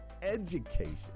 education